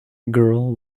girl